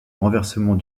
renversement